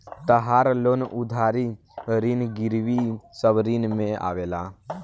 तहार लोन उधारी ऋण गिरवी सब ऋण में आवेला